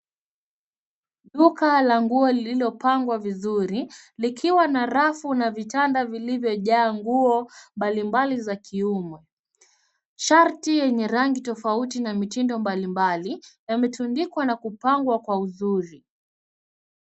Duka la nguo liliopangwa vizuri likiwa na rafu na vitanda vilivyojaa nguo mbalimbali za kiume. Shati yenye rangi tofauti na mitindo mbalimbali yametundikwa na kupangwa kwa uzuri.